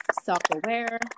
self-aware